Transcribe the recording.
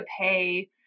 pay